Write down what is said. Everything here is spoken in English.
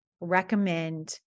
recommend